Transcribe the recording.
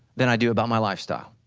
than i do about my lifestyle.